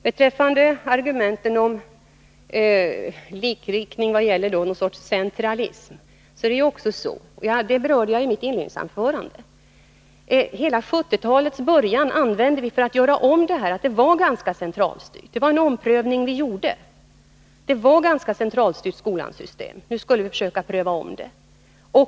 Beträffande argumenten om likriktning och någon sorts centralism är det så, vilket jag berörde i mitt inledningsanförande, att vi använde hela 1970-talets början för att göra om detta. Vi fann att skolans system var ganska centralstyrt, och vi gjorde en omprövning. Vi ville försöka pröva om systemet.